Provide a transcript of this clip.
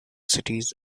cities